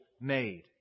made